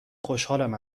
خوشحالم